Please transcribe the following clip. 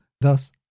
Thus